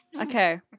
Okay